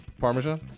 Parmesan